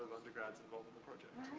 undergrads involved in the project.